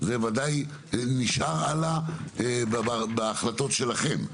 זה בוודאי נשאר הלאה, בהחלטות שלכם.